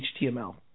html